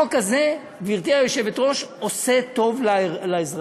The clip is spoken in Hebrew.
החוק הזה, גברתי היושבת-ראש, עושה טוב לאזרחים.